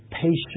patience